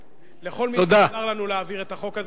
ולכל מי שעזר לנו להעביר את החוק הזה,